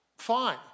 fine